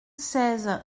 seize